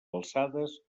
alçades